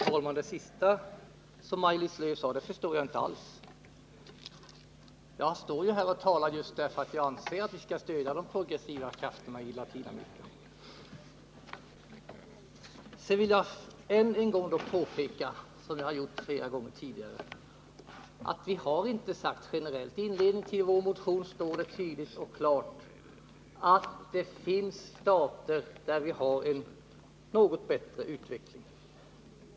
Herr talman! Det senaste som Maj-Lis Lööw sade förstod jag inte alls. Jag har ju tagit till orda i det här ärendet just därför att jag anser att vi skall stödja de progressiva krafterna i Latinamerika. Sedan vill jag än en gång påpeka att i inledningen till vår motion står det tydligt och klart att det finns stater med en något bättre utveckling.